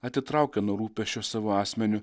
atitraukia nuo rūpesčio savo asmeniu